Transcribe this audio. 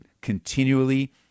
continually